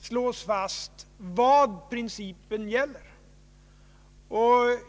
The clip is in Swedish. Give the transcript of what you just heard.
slås fast vad principen innebär.